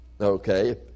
Okay